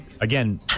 Again